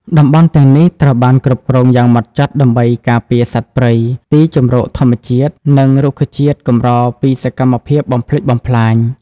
តំបន់ទាំងនេះត្រូវបានគ្រប់គ្រងយ៉ាងម៉ត់ចត់ដើម្បីការពារសត្វព្រៃ ទីជម្រកធម្មជាតិ និងរុក្ខជាតិកម្រពីសកម្មភាពបំផ្លិចបំផ្លាញ។